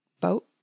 boat